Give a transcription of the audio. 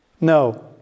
No